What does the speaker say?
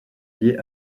liés